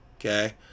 okay